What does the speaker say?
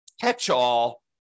catch-all